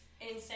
Insane